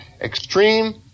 extreme